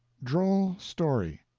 droll story